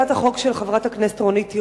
הצעת החוק של חברת הכנסת רונית תירוש,